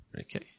Okay